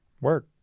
Word